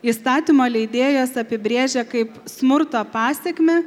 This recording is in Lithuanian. įstatymo leidėjas apibrėžia kaip smurto pasekmę